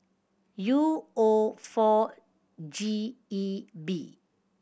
U O four G E B